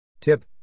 Tip